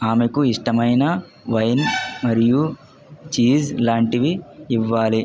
ఆమెకు ఇష్టమైన వైన్ మరియు చీజ్ లాంటివి ఇవ్వాలి